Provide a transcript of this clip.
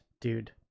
dude